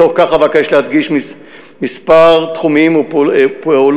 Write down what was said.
בתוך כך אבקש להדגיש כמה תחומים ופעולות